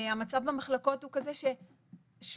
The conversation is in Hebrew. המצב במחלקות הוא כזה ששוב,